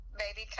baby